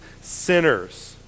sinners